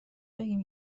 بگیم